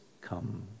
come